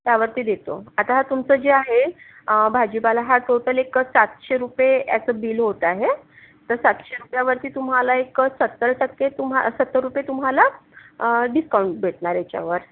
त्यावरती देतो आता तुमचं जे आहे भाजीपाला हा टोटल एक सातशे रुपये याचं बिल होतं आहे तर सातशे रुपयावरती तुम्हाला एक सत्तर टक्के तुम्हा सत्तर रुपये तुम्हाला डिस्काउंट भेटणार याच्यावर